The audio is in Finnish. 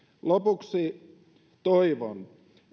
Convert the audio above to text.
lopuksi toivon